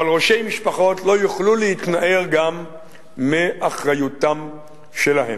אבל ראשי משפחות לא יוכלו להתנער גם מאחריותם שלהם.